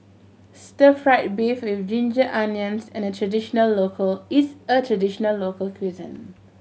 stir fried beef with ginger onions and a traditional local is a traditional local cuisine